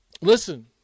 listen